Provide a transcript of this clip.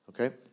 Okay